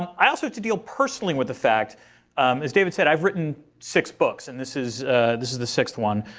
i also, to deal personally with the fact as david said, i've written six books. and this is this is the sixth one.